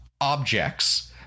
objects